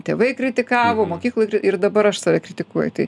tėvai kritikavo mokykloj ir dabar aš save kritikuoju tai